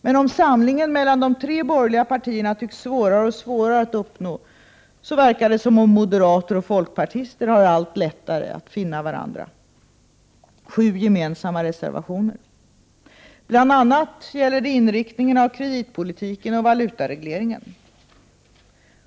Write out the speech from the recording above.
Men om samlingen mellan de tre borgerliga partierna tycks svårare och svårare att uppnå, verkar det som om moderater och folkpartister har allt lättare att finna varandra. Sju gemensamma reservationer har de. Bl.a. gäller det inriktningen av kreditpolitiken och valutaregleringen.